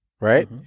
right